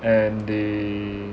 and they